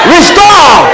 Restore